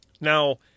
now